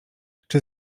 czy